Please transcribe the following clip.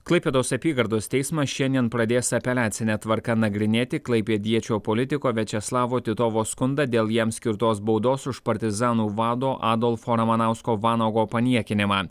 klaipėdos apygardos teismas šiandien pradės apeliacine tvarka nagrinėti klaipėdiečio politiko viačeslavo titovo skundą dėl jam skirtos baudos už partizanų vado adolfo ramanausko vanago paniekinimą